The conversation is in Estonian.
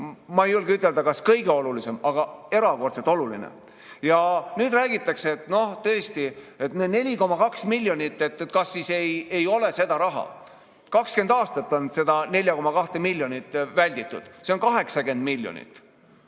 ma ei julge ütelda, kas kõige olulisem, aga erakordselt oluline. Ja nüüd räägitakse, et tõesti 4,2 miljonit, kas siis ei ole seda raha. 20 aastat on seda 4,2 miljonit välditud, see on [kokku] 80 miljonit.